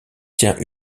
tient